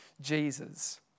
Jesus